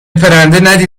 پرنده